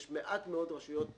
יש מעט רשויות גדולות.